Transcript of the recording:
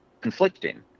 conflicting